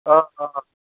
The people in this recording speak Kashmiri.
آ آ